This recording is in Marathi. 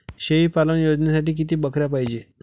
शेळी पालन योजनेसाठी किती बकऱ्या पायजे?